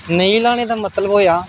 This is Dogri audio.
नेईं लाने दा मतलब होएआ